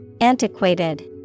Antiquated